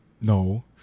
No